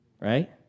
Right